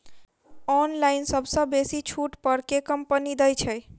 Online सबसँ बेसी छुट पर केँ कंपनी दइ छै?